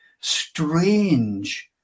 strange